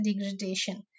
degradation